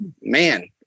man